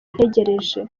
ntegereje